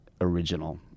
original